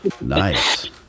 Nice